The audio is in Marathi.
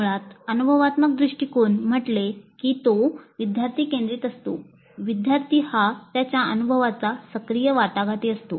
मुळात अनुभवात्मक दृष्टिकोन म्हटले की तो विद्यार्थी केंद्रित असतो विद्यार्थी हा त्याच्या अनुभवाचा सक्रिय वाटाघाटी असतो